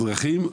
כן.